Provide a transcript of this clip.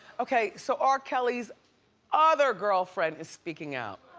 okay, so r. kelly's other girlfriend is speaking out.